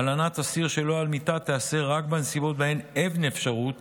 הלנת אסיר שלא על מיטה תיעשה רק בנסיבות שבהן אין אפשרות